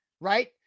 right